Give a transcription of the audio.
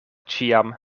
ĉiam